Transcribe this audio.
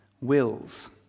wills